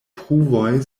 pruvoj